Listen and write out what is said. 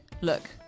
look